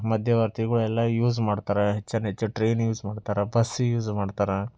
ಮಧ್ಯವರ್ತಿಗಳು ಎಲ್ಲ ಯೂಸ್ ಮಾಡ್ತಾರೆ ಹೆಚ್ಚು ಹೆಚ್ಚು ಟ್ರೈನ್ ಯೂಸ್ ಮಾಡ್ತಾರೆ ಬಸ್ ಯೂಸ್ ಮಾಡ್ತಾರೆ